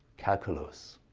calculus.